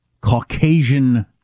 Caucasian